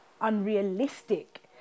unrealistic